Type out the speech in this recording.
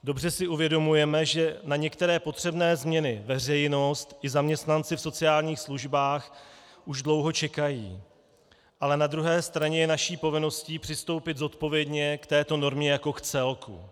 Dobře si uvědomujeme, že na některé potřebné změny veřejnost i zaměstnanci v sociálních službách už dlouho čekají, ale na druhé straně je naší povinností přistoupit zodpovědně k této normě jako k celku.